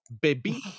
baby